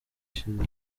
ishize